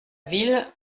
ville